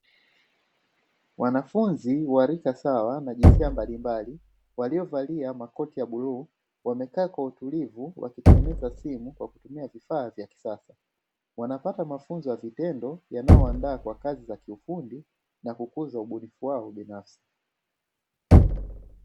Wanafunzi wa rika sawa na jinsia mbalimbali waliovalia makoti ya bluu wamekaa kwa utulivu, wakitengeneza simu kwa kutumia vifaa vya kisasa. Wanapata mafunzo ya vitendo yanayowaanda kwa kazi za kiufundi, na kukuza ubunifu wao binafsi.